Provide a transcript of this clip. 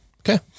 Okay